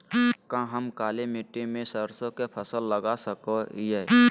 का हम काली मिट्टी में सरसों के फसल लगा सको हीयय?